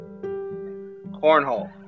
Cornhole